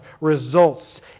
results